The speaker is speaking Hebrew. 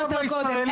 לישראלים.